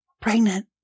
Pregnant